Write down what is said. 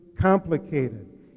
complicated